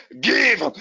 Give